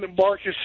Marcus